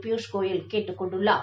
பியூஷ் கோயல் கேட்டுக் கொண்டுள்ளார்